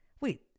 wait